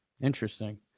Interesting